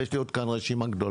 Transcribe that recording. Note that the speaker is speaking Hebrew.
ויש לי פה רשימה גדולה.